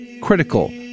critical